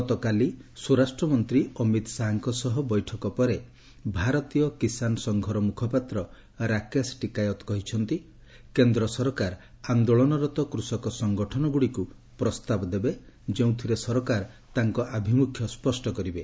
ଗତକାଲି ସ୍ୱରାଷ୍ଟ୍ର ମନ୍ତ୍ରୀ ଅମିତ୍ ଶାହାଙ୍କ ସହ ବୈଠକ ପରେ ଭାରତୀୟ କିଷାନ୍ ସଂଘର ମୁଖପାତ୍ର ରାକେଶ ଟିକାୟତ କହିଛନ୍ତି କେନ୍ଦ୍ର ସରକାର ଆନ୍ଦୋଳନରତ କୃଷକ ସଙ୍ଗଠନଗୁଡ଼ିକୁ ପ୍ରସ୍ତାବ ଦେବେ ଯେଉଁଥିରେ ସରକାର ତାଙ୍କ ଆଭିମ୍ରଖ୍ୟ ସ୍ୱଷ୍ଟ କରିବେ